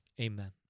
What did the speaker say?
Amen